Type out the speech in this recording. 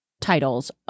titles